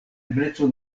ebleco